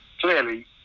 clearly